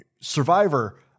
Survivor